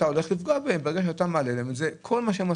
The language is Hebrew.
הולך לפגוע בהן בכך שאתה מעלה להן את גיל הפרישה.